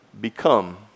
become